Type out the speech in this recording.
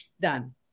done